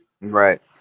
right